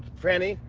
frannie,